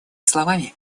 словами